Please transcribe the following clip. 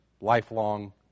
lifelong